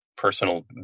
personal